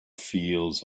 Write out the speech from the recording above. fields